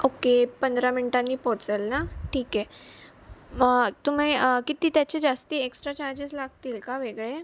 okay पंधरा मिनटांनी पोहोचाल ना ठीक आहे तुम्ही किती त्याचे जास्ती एक्स्ट्रा चार्जेस लागतील का वेगळे